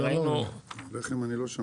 אני לא מבין.